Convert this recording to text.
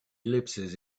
ellipses